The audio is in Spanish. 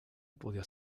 podía